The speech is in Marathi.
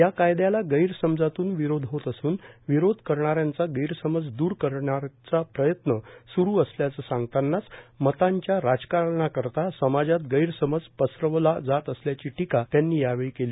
या कायद्याला गैरसमजातून विरोध होत असून विरोध करणाऱ्यांचा गैरसमज दूर करण्याचा प्रयत्न सुरू असल्याचं सांगतानाच मतांच्या राजकारणाकरता समाजात गैरसमज पसरवला जात असल्याची टीका त्यांनी यावेळी केली